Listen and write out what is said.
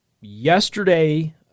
yesterday